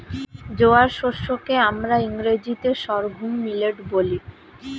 জোয়ার শস্য কে আমরা ইংরেজিতে সর্ঘুম মিলেট বলি